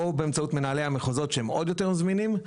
או באמצעות מנהלי המחוזות שהם עוד יותר זמינים.